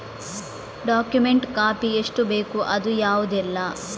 Document copy ಎಷ್ಟು ಬೇಕು ಅದು ಯಾವುದೆಲ್ಲ?